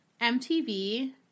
MTV